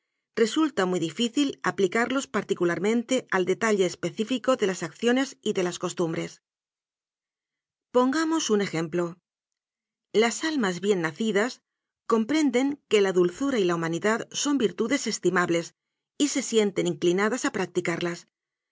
resulta muy difí cil aplicarlos particularmente al detalle específico de las acciones y de las costumbres pongamos un ejemplo las almas bien nacidas comprenden que la dulzura y la humanidad son virtudes estimables y se sienten inclinadas a